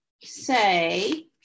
say